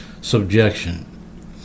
subjection